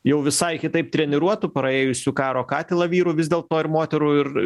jau visai kitaip treniruotų praėjusių karo katilą vyrų vis dėlto ir moterų ir